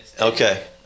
Okay